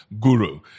guru